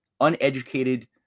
uneducated